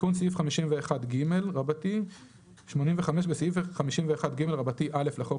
"תיקון סעיף 51ג 85. בסעיף 51ג(א) לחוק